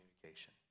communication